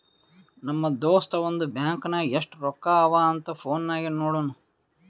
ನಮ್ ದೋಸ್ತ ಅವಂದು ಬ್ಯಾಂಕ್ ನಾಗ್ ಎಸ್ಟ್ ರೊಕ್ಕಾ ಅವಾ ಅಂತ್ ಫೋನ್ ನಾಗೆ ನೋಡುನ್